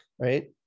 right